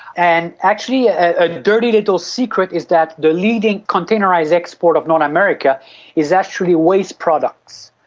and actually a dirty little secret is that the leading containerised export of north america is actually waste products,